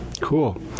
Cool